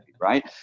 right